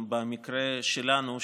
במקרה שלנו,